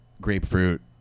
grapefruit